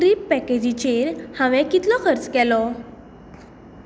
trip पॅकेजीचेर हांवें कितलो खर्च केलो